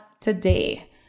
today